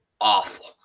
awful